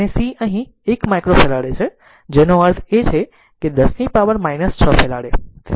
અને c અહીં 1 માઇક્રોફેરાડે છે જેનો અર્થ છે 10 ની પાવર 6 ફેરાડ